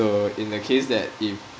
in the case that if